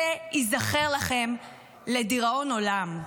זה ייזכר לכם לדיראון עולם.